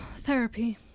therapy